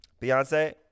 Beyonce